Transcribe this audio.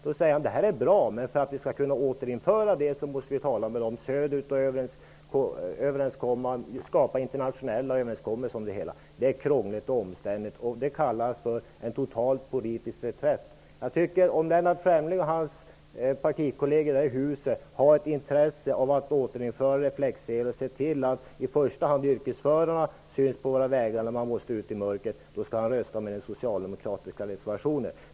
Han säger att det är bra men att vi måste få till stånd internationella överenskommelser för att kunna återinföra det. Det är krångligt och omständligt. Detta kallas för en total politisk reträtt. Om Lennart Fremling och hans partikolleger här i huset har ett intresse av att återinföra reflexsele och se till att i första hand yrkesförarna syns på våra vägar, när de måste ut i mörker, skall Fremling rösta för den socialdemokratiska reservationen.